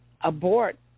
abort